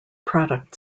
product